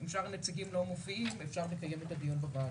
אם שאר הנציגים לא מופיעים אפשר לקיים את הדיון בוועדה.